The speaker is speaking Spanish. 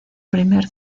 primer